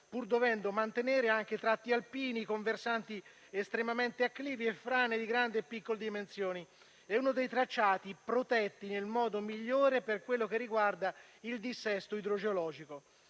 pur dovendo mantenere anche tratti alpini con versanti estremamente acclivi e frane di grandi e piccole dimensioni. È uno dei tracciati protetti nel modo migliore per quello che riguarda il dissesto idrogeologico.